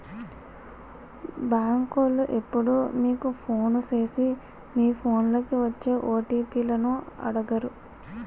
బేంకోలు ఎప్పుడూ మీకు ఫోను సేసి మీ ఫోన్లకి వచ్చే ఓ.టి.పి లను అడగరు